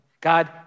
God